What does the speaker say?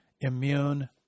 immune